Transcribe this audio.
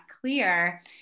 clear